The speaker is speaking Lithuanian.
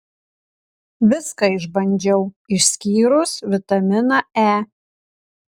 viską išbandžiau išskyrus vitaminą e